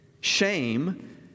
shame